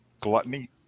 Gluttony